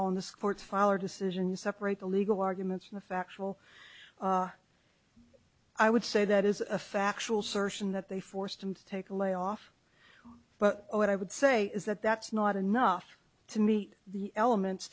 ball in this court file or decision you separate the legal arguments from the factual i would say that is a factual search and that they forced them to take a lay off but what i would say is that that's not enough to meet the elements